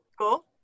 Cool